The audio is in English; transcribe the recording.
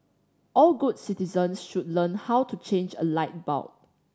all good citizens should learn how to change a light bulb